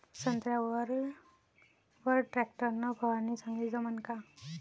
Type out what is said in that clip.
संत्र्यावर वर टॅक्टर न फवारनी चांगली जमन का?